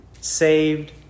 saved